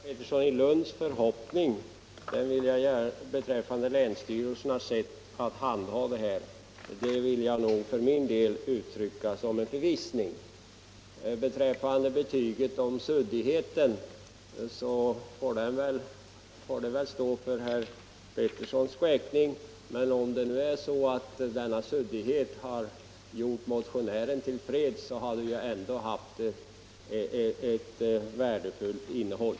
Herr talman! Herr Petterssons i Lund förhoppning beträffande länsstyrelsernas sätt att handha den här frågan vill jag för min del uttrycka som en förvissning. När det gäller betyget om suddigheten får den väl stå för herr Petterssons räkning. Men om denna suddigheten har gjort motionären till freds, har den ändå haft ett värdefullt innehåll.